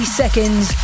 seconds